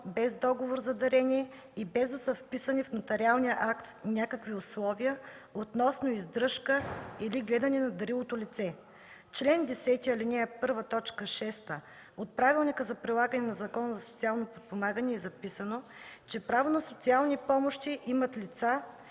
без договор за дарение и без да са вписали в нотариалния акт някакви условия относно издръжка или гледане на дарилото лице. В чл. 10, ал. 1, т. 6 от Правилника за прилагане на Закона за социално подпомагане е записано, че право на социални помощи имат лица,